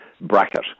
bracket